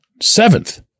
Seventh